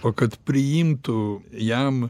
o kad priimtų jam